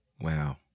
Wow